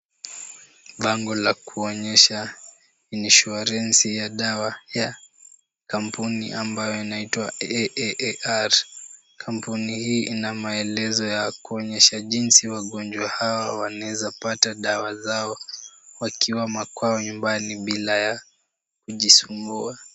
Bango la kuonyesha insuarensi ya dawa ya kampuni ambayo inaitwa AAR. Kampuni hii ina maelezo ya kuonyesha jinsi wagonjwa hao wanaeza pata dawa zao wakiwa makwao nyumbani bila ya kujisumbua.